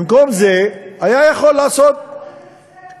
במקום זה היה יכול לעשות כמה,